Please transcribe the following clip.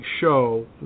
show